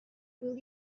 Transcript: will